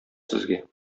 сезгә